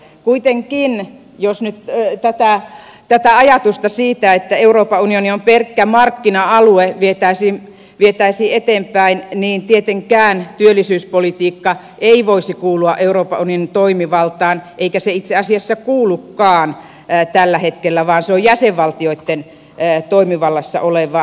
kuitenkin jos nyt tätä ajatusta siitä että euroopan unioni on pelkkä markkina alue vietäisiin eteenpäin niin tietenkään työllisyyspolitiikka ei voisi kuulua euroopan unionin toimivaltaan eikä se itse asiassa kuulukaan tällä hetkellä vaan se on jäsenvaltioitten toimivallassa olevaa